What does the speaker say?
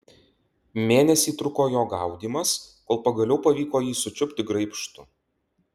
mėnesį truko jo gaudymas kol pagaliau pavyko jį sučiupti graibštu